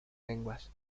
lenguas